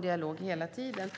dialog måste föras hela tiden.